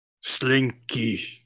Slinky